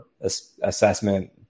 assessment